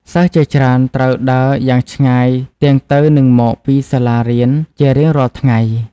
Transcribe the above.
សិស្សជាច្រើនត្រូវដើរយ៉ាងឆ្ងាយទាំងទៅនិងមកពីសាលារៀនជារៀងរាល់ថ្ងៃ។